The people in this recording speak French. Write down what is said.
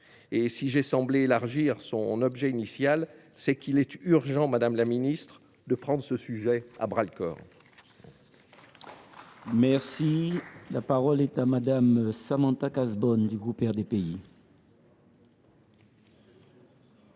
Si j’ai semblé élargir son objet initial, c’est qu’il est urgent, madame la ministre, de prendre ce sujet à bras le corps.